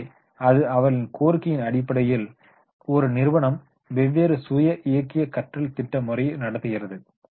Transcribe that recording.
எனவே அது அவர்களின் கோரிக்கையின் அடிப்படையில் ஒரு நிறுவனம் வெவ்வேறு ஸேல்ப் டர்ரேக்டட் லேர்னிங் ப்ரோக்ரைம் முறையை நடத்துகிறது